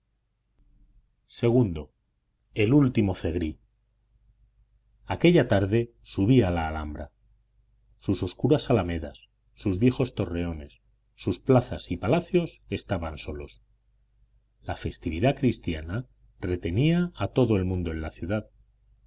ii el último zegrí aquella tarde subí a la alhambra sus oscuras alamedas sus viejos torreones sus plazas y palacios estaban solos la festividad cristiana retenía a todo el mundo en la ciudad